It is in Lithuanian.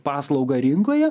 paslaugą rinkoje